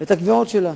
את הקביעות שלה.